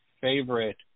favorite